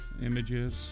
Images